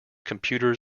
computers